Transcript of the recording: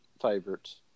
favorites